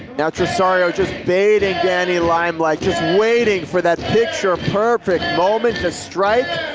now trissario just bating danny limelight just waiting for that picture perfect moment to strike,